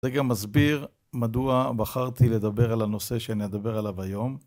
זה גם מסביר מדוע בחרתי לדבר על הנושא שאני אדבר עליו היום.